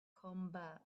combat